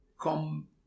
come